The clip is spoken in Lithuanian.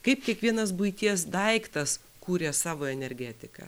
kaip kiekvienas buities daiktas kūrė savo energetiką